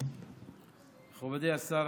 מכובדי השר,